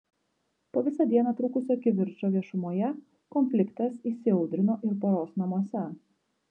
po visą dieną trukusio kivirčo viešumoje konfliktas įsiaudrino ir poros namuose